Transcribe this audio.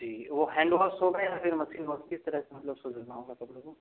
जी वो हैंडवाश होगा या फिर मशीन व किस तरह से मतलब उसको धुलना होगा कपड़ों को